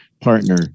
partner